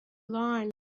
line